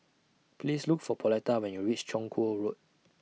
Please Look For Pauletta when YOU REACH Chong Kuo Road